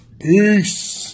peace